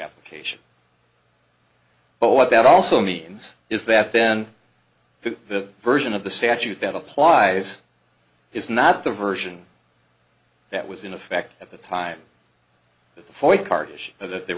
application but what that also means is that then the version of the statute that applies is not the version that was in effect at the time that the